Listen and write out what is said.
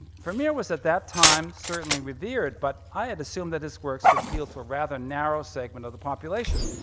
vermeer was, at that time, certainly revered but i had assumed that his works would appeal to a rather narrow segment of the population.